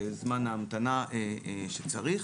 בזמן ההמתנה שצריך.